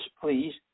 please